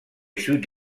sud